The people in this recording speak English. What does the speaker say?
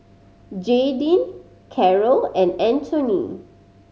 Jaydin Carol and Antoine